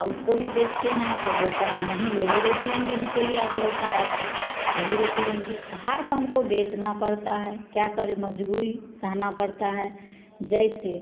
आ उसको भी बेचते हैं तो बोलता है नहीं यही रेट लेंगे बिचौलिया जो होता है सो यही रेट लेंगे हार क हमको बेचना पड़ता है क्या करें मजबूरी सहना पड़ता है जैसे